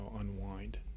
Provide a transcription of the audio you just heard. unwind